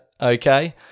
Okay